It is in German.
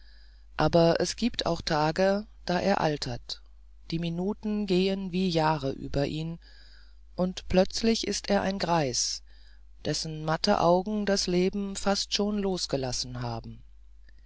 aber es giebt auch tage da er altert die minuten gehen wie jahre über ihn und plötzlich ist er ein greis dessen matte augen das leben fast schon losgelassen haben